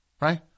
Right